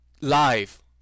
live